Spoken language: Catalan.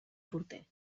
porter